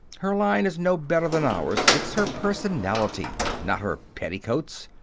her line is no better than ours. it's her personality, not her petticoats.